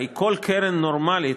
הרי כל קרן נורמלית,